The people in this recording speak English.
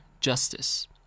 justice